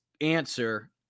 answer